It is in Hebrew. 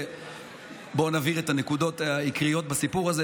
בואו נבהיר את הנקודות העיקריות בסיפור הזה.